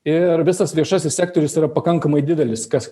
ir visas viešasis sektorius yra pakankamai didelis kas